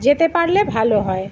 যেতে পারলে ভালো হয়